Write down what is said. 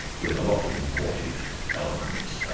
with a lot of imported elements,